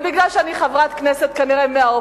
אבל כנראה מפני שאני חברת כנסת מהאופוזיציה,